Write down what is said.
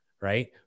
Right